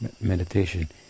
meditation